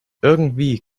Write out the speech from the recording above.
irgendwie